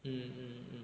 mm mm